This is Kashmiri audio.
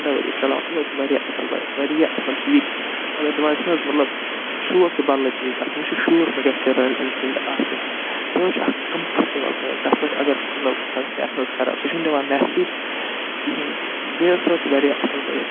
پنٛداہ ؤری چَلاوان یہِ حظ چھُ وارِیاہ اَصٕل بایک وارِیاہ اَصٕل چھِ یہِ تہِ مگر دَپان چھِنَہ حظ مطلب شوق چھُ بدلٕے چیٖز اکھ مےٚ چھُ شوق مےٚ گژھِ ہہ رایل اٮ۪نفیٖلڈٕ آسٕنۍ سُہ حظ چھِ اکھ کمفٲٹیبٕل بایک تَتھ پٮ۪ٹھ اگر مطلب سڑک تہِ آسہِ نَہ حظ خراب سُہ چھِنہٕ دِوان محسوٗس کِہیٖنی بیٚیہِ حظ سُہ حظ چھُ وارِیاہ اَصٕل بایک